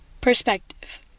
Perspective